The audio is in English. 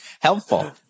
helpful